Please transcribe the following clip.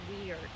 weird